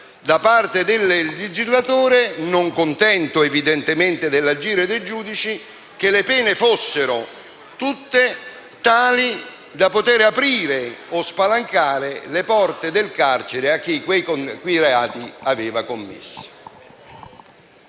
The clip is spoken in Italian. da parte del legislatore, non contento evidentemente dell'agire dei giudici, che le pene fossero tutte tali da poter aprire o spalancare le porte del carcere a chi quei reati aveva commesso